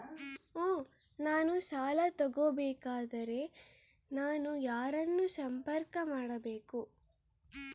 ನಾನು ಸಾಲ ತಗೋಬೇಕಾದರೆ ನಾನು ಯಾರನ್ನು ಸಂಪರ್ಕ ಮಾಡಬೇಕು?